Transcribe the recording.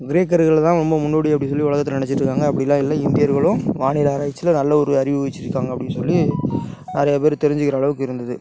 கிரேக்கர்கள் தான் ரொம்ப முன்னோடி அப்படினு சொல்லி உலகத்துல நினச்சிட்டுருக்காங்க அப்படிலாம் இல்லை இந்தியர்களும் வானியல் ஆராய்ச்சியில் நல்ல ஒரு அறிவு வச்சிருக்காங்க அப்படினு சொல்லி நிறையா பேர் தெரிஞ்சுக்கிற அளவுக்கு இருந்தது